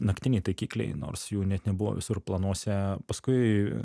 naktiniai taikikliai nors jų net nebuvo visur planuose paskui